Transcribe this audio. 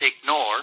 ignore